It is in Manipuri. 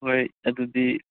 ꯍꯣꯏ ꯑꯗꯨꯗꯤ